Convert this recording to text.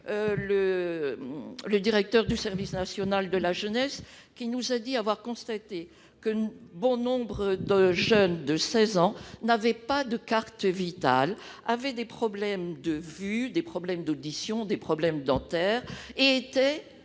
le directeur du service national et de la jeunesse, qui nous a dit avoir constaté que bon nombre de jeunes de seize ans n'avaient pas de carte Vitale, qu'ils avaient des problèmes de vue, des problèmes d'audition, des problèmes dentaires et qu'ils